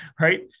right